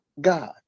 God